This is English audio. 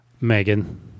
Megan